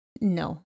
No